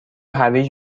هویج